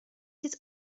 his